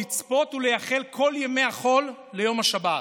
לצפות ולייחל כל ימי החול ליום השבת,